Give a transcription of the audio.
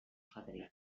fadrí